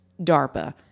DARPA